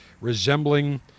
resembling